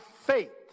faith